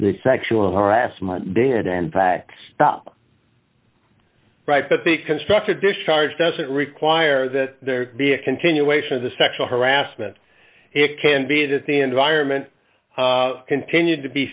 the sexual harassment and in fact stop right but the construct a discharge doesn't require that there be a continuation of the sexual harassment it can be that the environment continued to be